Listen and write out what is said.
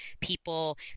people